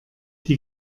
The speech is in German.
die